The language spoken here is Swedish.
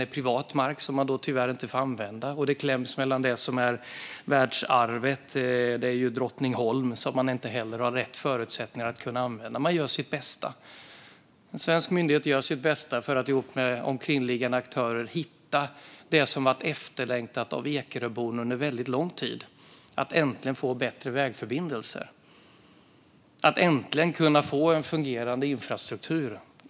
Det är privat mark, som man tyvärr inte får använda. Det kläms mellan detta och världsarvet Drottningholm, som man inte heller har rätt förutsättningar att använda. Men man gör sitt bästa. En svensk myndighet gör sitt bästa för att ihop med omkringliggande aktörer hitta det som har varit efterlängtat av Ekeröborna under väldigt lång tid - att äntligen få en bättre vägförbindelse. Äntligen ska de kunna få en fungerande infrastruktur.